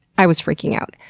i was freaking out.